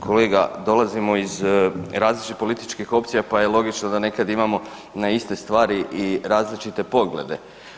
Kolega, dolazimo iz različitih političkih opcija pa je logično da nekad imamo na iste stvari i različite poglede.